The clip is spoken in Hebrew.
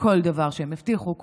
כל דבר שהם הבטיחו,